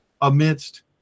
amidst